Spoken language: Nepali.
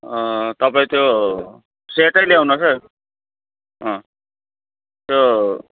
तपाईँ त्यो सेटै ल्याउनुहोस् है त्यो